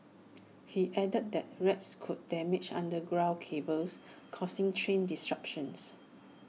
he added that rats could damage underground cables causing train disruptions